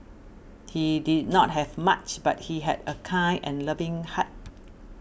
he did not have much but he had a kind and loving heart